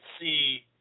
see